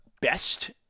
best